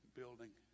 building